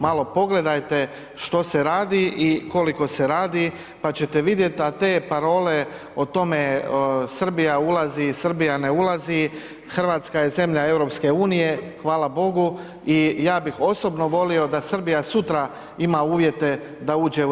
Malo pogledajte što se radi i koliko se radi, pa ćete vidjet, a te parole o tome Srbija ulazi, Srbija ne ulazi, Hrvatska je zemlja EU hvala Bogu i ja bih osobno volio da Srbija sutra ima uvjete da uđe u EU.